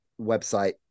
website